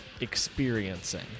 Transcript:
experiencing